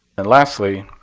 and lastly,